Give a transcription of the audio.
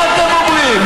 מה אתם אומרים?